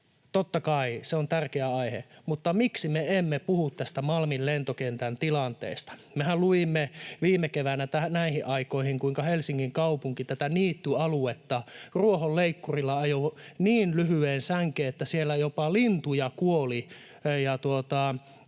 totta kai se on tärkeä aihe — niin miksi me emme puhu tästä Malmin lentokentän tilanteesta. Mehän luimme viime keväänä näihin aikoihin, kuinka Helsingin kaupunki tätä niittyaluetta ruohonleikkurilla ajoi niin lyhyeen sänkeen, että siellä jopa lintuja kuoli